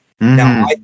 Now